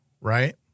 right